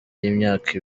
y’imyaka